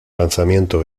lanzamiento